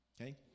okay